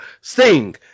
Sing